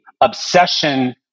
obsession